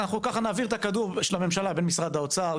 אנחנו ככה נעביר את הכדור של הממשלה בין משרד האוצר,